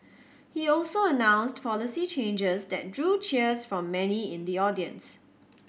he also announced policy changes that drew cheers from many in the audience